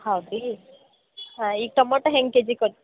ಹೌದು ರೀ ಹಾಂ ಈ ಟೊಮೊಟೊ ಹೆಂಗೆ ಕೆ ಜಿಗೆ ಕೊಟ್